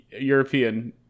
European